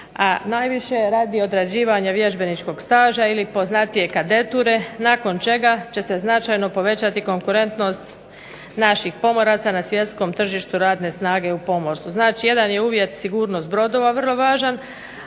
a najviše radi odrađivanja vježbeničkog staža ili poznatije kadeture nakon čega će se značajno povećati konkurentnost naših pomoraca na svjetskom tržištu radne snage u pomorstvu. Znači, jedan je uvjet sigurnost brodova vrlo važan